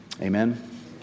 Amen